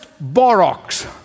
borax